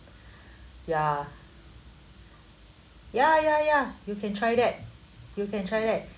ya ya ya ya you can try that you can try that